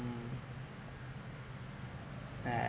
right